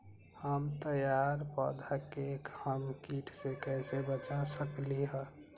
हमर तैयार पौधा के हम किट से कैसे बचा सकलि ह?